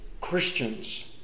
Christians